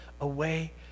away